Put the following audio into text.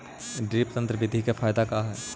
Drip तन्त्र बिधि के फायदा का है?